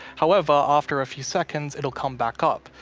however after a few seconds, it'll come back up.